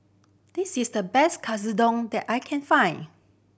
this is the best Katsudon that I can find